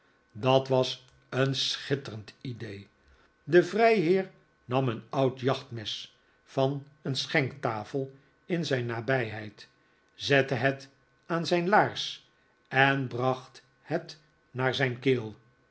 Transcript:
dat was een schitterend idee de vrijheer nam een oud jachtmes van een schehktafel in zijn nabijheid zette het aan op zijn laars en bracht het naar zijn keel